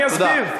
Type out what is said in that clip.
אסביר.